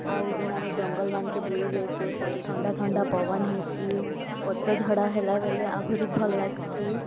ଆଉ ଯେନ୍ ଆମେ ଜଙ୍ଗଲ୍ ମାନ୍କେ ବୁଲି ଯାଏସୁଁ ସେନେ ଥଣ୍ଡା ଥଣ୍ଡା ପବନ୍ ହେସି ପତ୍ର ଝଡ଼ା ହେଲା ବେଲେ ଆହୁରି ଭଲ୍ ଲାଗ୍ସି